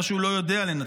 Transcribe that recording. -- או שהוא לא יודע לנצח.